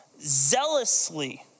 zealously